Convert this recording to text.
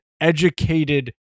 educated